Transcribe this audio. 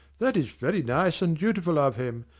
that is very nice and dutiful of him.